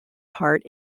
part